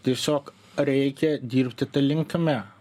tiesiog reikia dirbti ta linkme